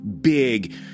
big